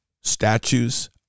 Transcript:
statues